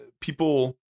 People